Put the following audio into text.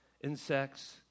insects